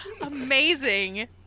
Amazing